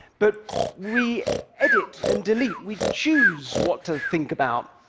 but we edit and delete. we choose what to think about,